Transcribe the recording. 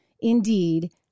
indeed